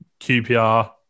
QPR